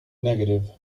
negative